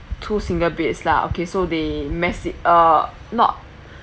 two single beds lah okay so they mess it uh not